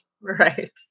Right